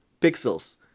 Pixels